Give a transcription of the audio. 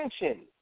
attention